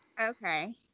Okay